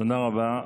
תודה רבה.